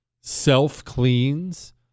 self-cleans